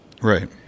Right